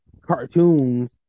cartoons